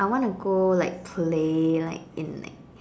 I want to go like play like in like